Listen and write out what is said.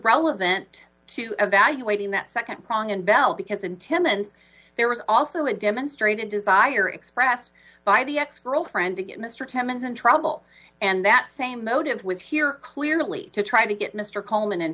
relevant to evaluating that nd prong and bell because in timmins there was also a demonstrated desire expressed by the ex girlfriend to get mr timmons in trouble and that same motive was here clearly to try to get mr coleman in